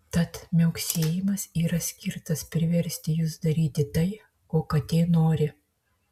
tad miauksėjimas yra skirtas priversti jus daryti tai ko katė nori